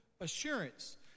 assurance